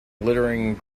glittering